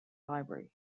library